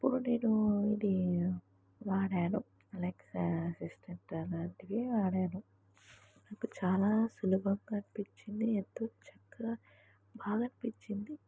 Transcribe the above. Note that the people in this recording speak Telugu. అప్పుడు నేను ఇది వాడాను అలక్సా అసిస్టెంట్ అలాంటివి వాడాను నాకు చాలా సులభంగా అనిపించింది ఎంతో చక్కగా బాగా అనిపించింది